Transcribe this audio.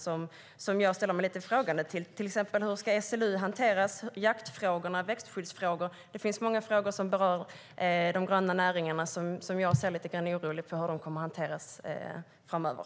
Hur ska SLU hanteras? Hur blir det med jaktfrågor och växtskyddsfrågor? Det finns många frågor som berör de gröna näringarna som jag är lite orolig för hur de kommer att hanteras framöver.